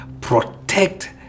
protect